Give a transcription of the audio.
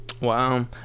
Wow